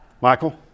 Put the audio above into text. Michael